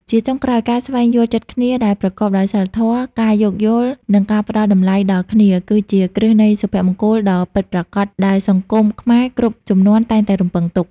ជាចុងក្រោយ ការស្វែងយល់ចិត្តគ្នាដែលប្រកបដោយសីលធម៌ ការយោគយល់ និងការផ្ដល់តម្លៃដល់គ្នា គឺជាគ្រឹះនៃសុភមង្គលដ៏ពិតប្រាកដដែលសង្គមខ្មែរគ្រប់ជំនាន់តែងតែរំពឹងទុក។